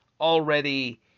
already